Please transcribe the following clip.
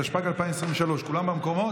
התשפ"ג 2023. כולם במקומות?